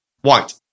white